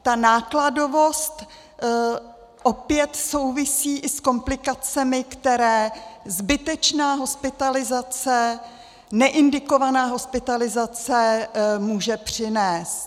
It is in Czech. Ta nákladovost opět souvisí i s komplikacemi, které zbytečná hospitalizace, neindikovaná hospitalizace může přinést.